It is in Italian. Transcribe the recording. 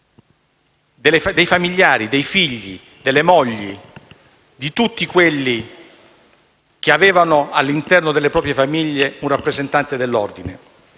dei familiari, dei figli, delle mogli e di tutti coloro che avevano all'interno delle proprie famiglie un rappresentante dell'ordine.